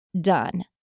done